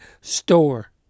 store